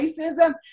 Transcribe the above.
racism